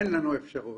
אין לנו אפשרות,